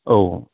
औ